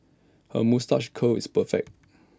her moustache curl is perfect